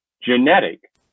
genetic